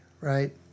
right